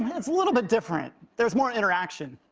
it's a little bit different. there's more interaction.